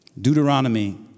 Deuteronomy